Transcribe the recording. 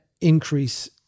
increase